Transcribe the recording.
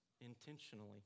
intentionally